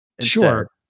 Sure